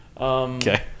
Okay